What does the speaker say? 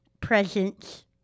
presents